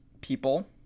people